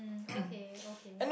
um okay okay